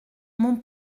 mon